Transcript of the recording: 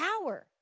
power